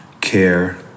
care